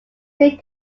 make